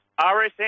RSN